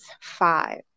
five